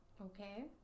okay